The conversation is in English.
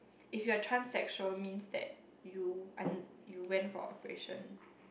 if you're transsexual means that you un~ you went for operation